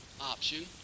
option